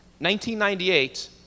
1998